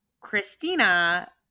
Christina